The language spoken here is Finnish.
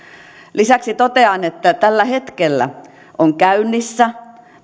lisäksi totean että tällä hetkellä parhaillaan on käynnissä